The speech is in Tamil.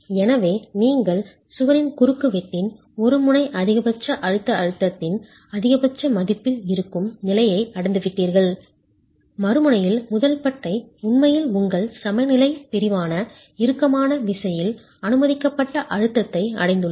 எனவே நீங்கள் சுவரின் குறுக்குவெட்டின் ஒரு முனை அதிகபட்ச அழுத்த அழுத்தத்தின் அதிகபட்ச மதிப்பில் இருக்கும் நிலையை அடைந்துவிட்டீர்கள் மறுமுனையில் முதல் பட்டை உண்மையில் உங்கள் சமநிலைப் பிரிவான இறுக்கமான விசையில் அனுமதிக்கப்பட்ட அழுத்தத்தை அடைந்துள்ளது